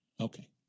Okay